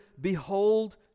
behold